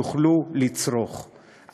יוכלו לצרוך.